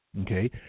okay